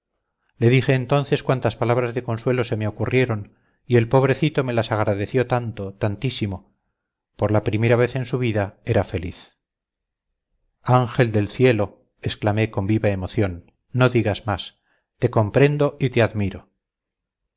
le dije entonces cuantas palabras de consuelo se me ocurrieron y el pobrecito me las agradeció tanto tantísimo por la primera vez en su vida era feliz ángel del cielo exclamé con viva emoción no digas más te comprendo y te admiro